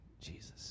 Jesus